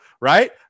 right